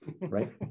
right